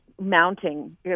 mounting